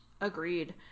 Agreed